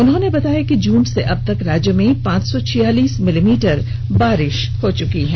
उन्होंने बताया कि जून से अबतक राज्य में पांच सौ छियालीस मिलीमीटर बारिश हो चुकी है